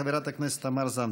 חברת הכנסת תמר זנדברג.